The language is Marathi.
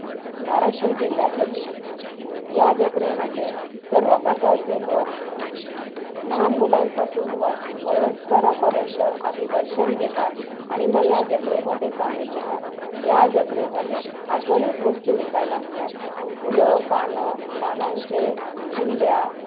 उस् धाराशिव जिल्ह्यात होते या जत्रेमध्ये सर्व प्रकारचे लोक लहान मुलांपासून वय वयस्करांपर्यंत आधी दर्शन घेतात आणि मग या जत्रेमध्ये सामील होतात या जत्रेमध्ये अगणित वस्तू विकायला असतात फुलं पानं पानांचे कुंड्या